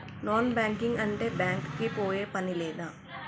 Non banking అంటే bank కి పోయే పని లేదా?